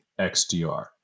XDR